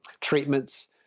treatments